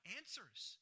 answers